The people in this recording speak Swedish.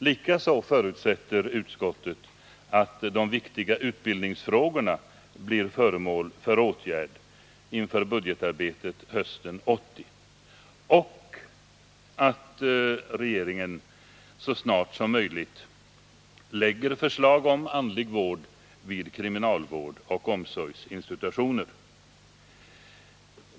Likaså förutsätter utskottet att de viktiga utbildningsfrågorna blir föremål för åtgärder inför budgetarbetet hösten 1980 och att regeringen så snart som möjligt framlägger förslag om den andliga vården vid kriminalvårdsoch omsorgsinstitutioner.